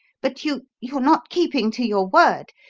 but you you're not keeping to your word.